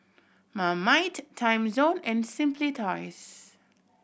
Marmite Timezone and Simply Toys